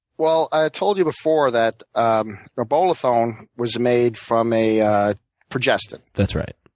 well, i told you before that um norbolethone was made from a progestin. that's right.